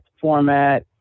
format